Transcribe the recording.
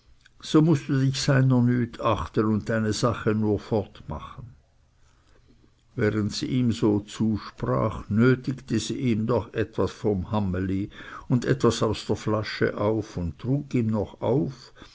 so mußt du dich seiner nüt achten und deine sache nur fortmachen während sie ihm so zusprach nötigte sie ihm doch etwas vom hammli und etwas aus der flasche auf und trug ihm noch auf